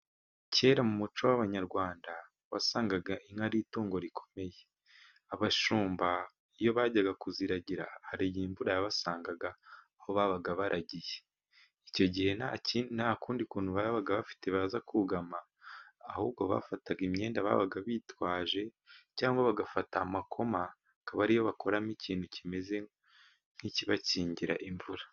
Kera mu muco w'Abanyarwanda wasangaga inka ari itungo rikomeye, abashumba iyo bajyaga kuziragira hari igihe imvura yabasangaga aho babaga baragiye, icyo gihe nta kundi kuntu babaga bafite baza kugama, ahubwo bafataga imyenda babaga bitwaje cyangwa bagafata amakoma, akaba ariyo bakoramo ikintu kimeze nk'ikibakingira imvura.